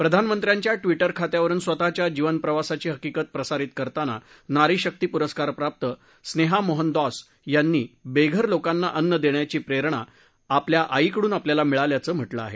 प्रधानमंत्र्यांच्या ट्विटर खात्यावरुन स्वतःचा जीवनप्रवासाची हकिकत प्रसारित करताना नारी शक्ती पुरस्कारप्राप्त स्नेहा मोहनदॅस यांनी बेघर लोकांना अन्न देण्याची प्रेरणा आपल्या आईकडून मिळाल्याचं म्हटलं आहे